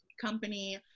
company